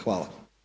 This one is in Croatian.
Hvala.